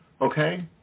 Okay